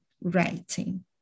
writing